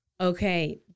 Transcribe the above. Okay